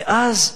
ואז,